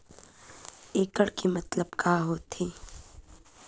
एकड़ के मतलब का होथे?